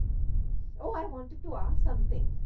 so oh, i wanted to ask something.